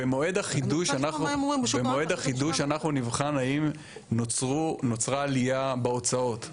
במועד החידוש אנחנו נבחן האם נוצרה עלייה בהוצאות.